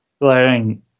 glaring